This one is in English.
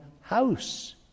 house